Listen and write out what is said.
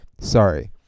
Sorry